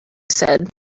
said